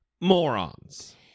morons